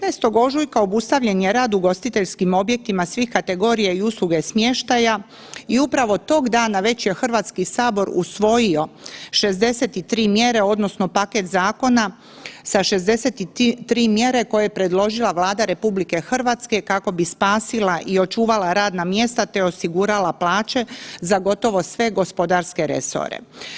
19. ožujka obustavljen je rad ugostiteljskim objektima svih kategorija i usluge smještaja i upravo tog dana već je Hrvatski sabor usvojio 63 mjere odnosno paket zakona sa 63 mjere koje je predložila Vlada RH kako bi spasila i očuvala radna mjesta te osigurala plaće za gotovo sve gospodarske resore.